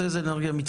תרגילים כאלה.